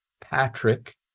Patrick